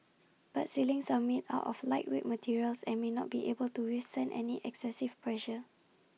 but ceilings are made are of lightweight materials and may not be able to withstand any excessive pressure